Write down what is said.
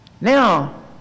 now